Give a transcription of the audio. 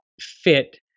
fit